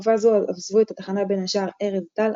בתקופה זו עזבו את התחנה בין השאר ארז טל,